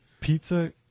Pizza